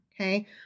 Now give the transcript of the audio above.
Okay